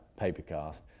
Papercast